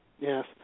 Yes